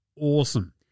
awesome